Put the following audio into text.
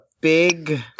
big